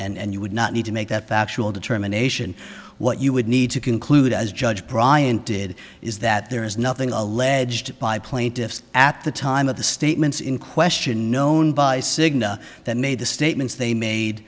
r and you would not need to make that factual determination what you would need to conclude as judge brian did is that there is nothing alleged by plaintiffs at the time of the statements in question known by cigna that made the statements they made